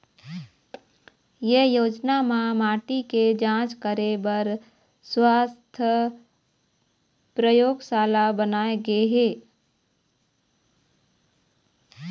ए योजना म माटी के जांच करे बर सुवास्थ परयोगसाला बनाए गे हे